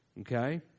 Okay